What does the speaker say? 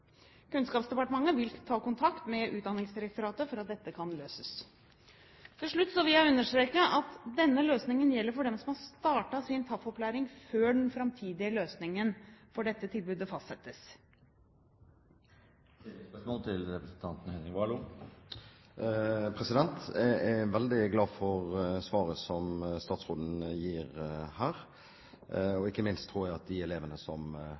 Kunnskapsdepartementet vil ta kontakt med Utdanningsdirektoratet for at dette kan løses. Til slutt vil jeg understreke at denne løsningen gjelder for dem som har startet sin TAF-opplæring før den framtidige løsningen for dette tilbudet fastsettes. Jeg er veldig glad for svaret som statsråden gir her, og ikke minst tror jeg at de elevene som